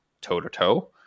toe-to-toe